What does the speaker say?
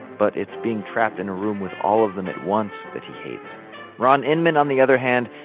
but it's being trapped in a room with all of them at once that he hates ron inman, on the other hand,